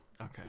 Okay